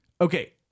okay